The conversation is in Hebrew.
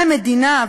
ומדינה,